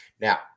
now